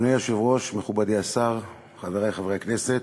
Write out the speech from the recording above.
אדוני היושב-ראש, מכובדי השר, חברי חברי הכנסת,